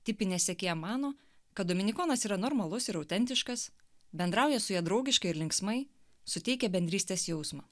tipinė sekėja mano kad dominikonas yra normalus ir autentiškas bendrauja su ja draugiškai ir linksmai suteikia bendrystės jausmą